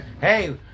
Hey